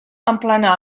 emplenar